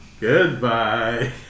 Goodbye